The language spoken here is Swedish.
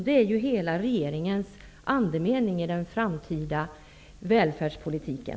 Det är hela regeringens andemening i den framtida välfärdspolitiken.